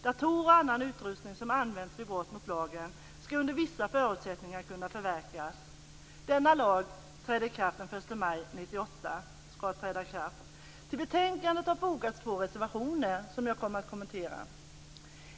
Datorer och annan utrustning som används vid brott mot lagen skall under vissa förutsättningar kunna förverkas. Denna lag skall träda i kraft den 1 maj Till betänkandet har fogats två reservationer.